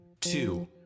two